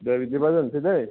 दे बिदिबा दोननोसै दै